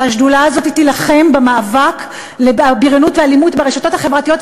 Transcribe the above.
והשדולה הזאת תילחם בבריונות ובאלימות ברשתות החברתיות,